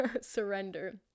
surrender